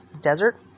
desert